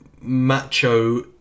macho